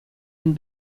and